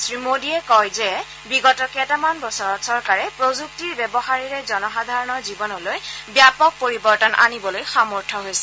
শ্ৰীমোদীয়ে কয় যে বিগত কেইটামান বছৰত চৰকাৰে প্ৰযুক্তিৰ ব্যৱহাৰেৰে জনসাধাৰণৰ জীৱনলৈ ব্যাপক পৰিবৰ্তন আনিবলৈ সমৰ্থ হৈছে